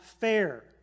fair